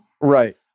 right